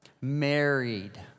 married